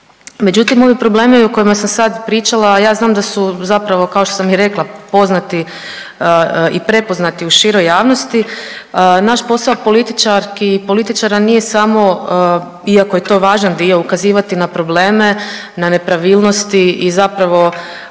Međutim, ovi problemi o kojima sad pričala, ja znam da su zapravo, kao što sam i rekla, poznati i prepoznati u široj javnosti, naš posao političarki i političara nije samo, iako je to važan dio, ukazivati na probleme, na nepravilnosti i zapravo